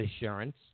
insurance